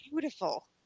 Beautiful